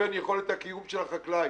ובין יכולת הקיום של החקלאי.